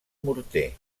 morter